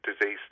disease